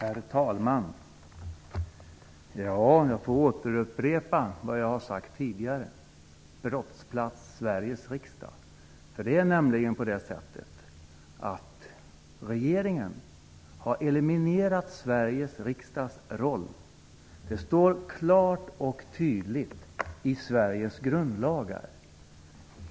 Herr talman! Jag får upprepa vad jag har sagt tidigare -- brottsplats Sveriges riksdag. Regeringen har nämligen eliminerat Sveriges riksdags roll. Det står klart och tydligt i Sveriges grundlagar.